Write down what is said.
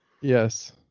Yes